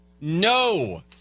No